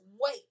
wait